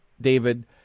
David